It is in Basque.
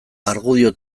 argudio